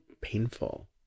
painful